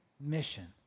mission